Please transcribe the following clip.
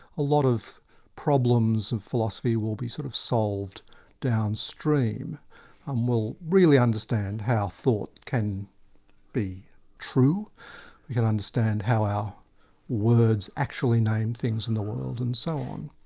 a lot of problems in philosophy will be sort of solved downstream um we'll really understand how thought can be true, you can understand how our words actually name things in the world, and so on.